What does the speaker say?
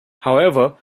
however